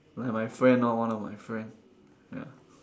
like my friend lor one of my friend